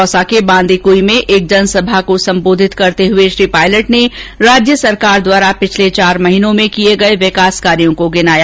दौसा के बांदीकुई में एक जनसभा को संबोधित करते हुए श्री पायलट ने राज्य सरकार द्वारा पिछले चार माह में किए गए विकास कार्यों को गिनाया